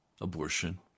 abortion